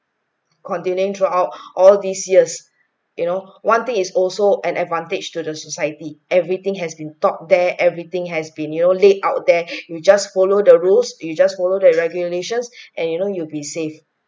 containing throughout all these years you know one thing is also an advantage to the society everything has been thought there everything has been your laid out there you just follow the rules you just followed the regulations and you know you'll be safe